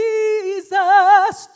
Jesus